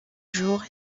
jour